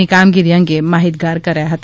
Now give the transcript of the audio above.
ની કામગીરી અંગે માહિતગાર કર્યા હતા